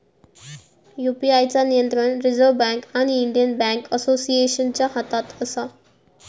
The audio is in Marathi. यू.पी.आय चा नियंत्रण रिजर्व बॅन्क आणि इंडियन बॅन्क असोसिएशनच्या हातात असा